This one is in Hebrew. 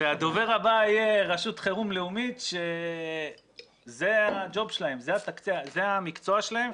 והדובר הבא יהיה רשות חירום לאומית שזה המקצוע שלהם.